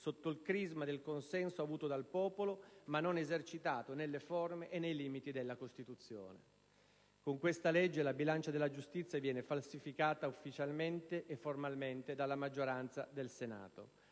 sotto il crisma del consenso avuto dal popolo, ma non esercitato nelle forme e nei limiti della Costituzione. Con questa legge la bilancia della giustizia viene falsificata ufficialmente e formalmente dalla maggioranza del Senato.